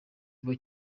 vuba